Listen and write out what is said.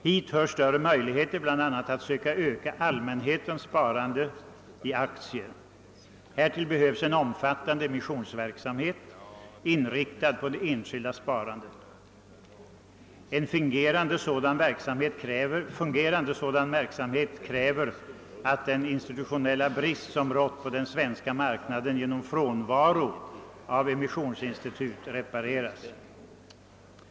Hit hör större möjligheter bland annat att söka öka allmänhetens sparande i aktier. Härtill behövs en omfattande emissionsverksamhet, inriktad på det enskilda sparandet. En fungerande sådan verksamhet kräver att den institutionella brist som rått på den svenska marknaden genom frånvaro av emissionsinstitut repareras.